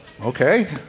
Okay